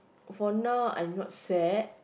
for now I'm not sad